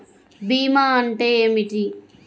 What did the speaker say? భీమా అంటే ఏమిటి?